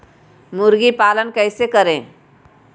मुर्गी पालन कैसे करें?